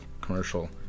commercial